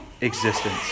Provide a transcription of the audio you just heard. existence